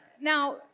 now